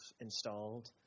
installed